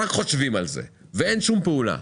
אבל אנחנו רק חושבים על זה ואין שום פעולה.